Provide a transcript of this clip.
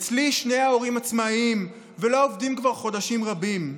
אצלי שני ההורים עצמאים ולא עובדים כבר חודשים רבים,